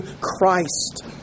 Christ